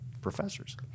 professors